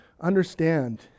understand